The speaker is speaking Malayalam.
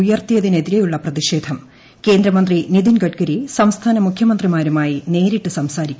ഉയർത്തിയതിനെതിരെയുള്ള പ്രതിഷേധം കേന്ദ്രമന്ത്രി നിതിൻ ഗഡ്കരി സംസ്ഥാന മുഖ്യമുന്ത്രിമാരുമായി നേരിട്ട് സംസാരിക്കും